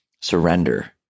surrender